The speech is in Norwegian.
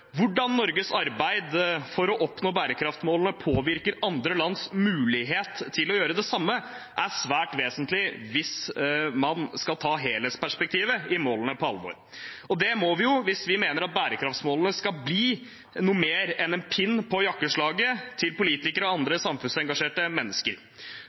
å oppnå bærekraftsmålene påvirker andre lands mulighet til å gjøre det samme, er svært vesentlig hvis man skal ta helhetsperspektivet i målene på alvor. Det må vi hvis vi mener at bærekraftsmålene skal bli noe mer enn en pin på jakkeslaget til politikere og andre samfunnsengasjerte mennesker.